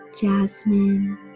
jasmine